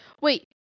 Wait